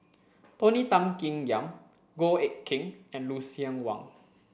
Tony Tan Keng Yam Goh Eck Kheng and Lucien Wang